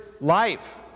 life